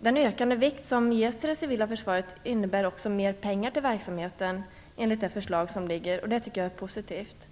Den ökade vikt som ges till det civila försvaret innebär också mer pengar till verksamheten enligt det förslag som ligger. Det tycker jag är positivt.